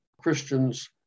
Christians